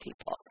people